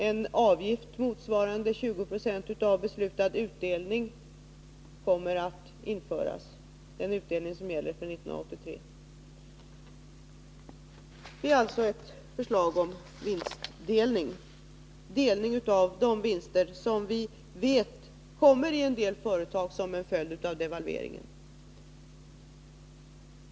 En avgift motsvarande 20 96 av beslutad aktieutdelning för 1983 kommer att införas. Det är alltså ett förslag om vinstdelning — delning av de vinster som vi vet kommer att uppstå i en del företag som en följd av devalveringen.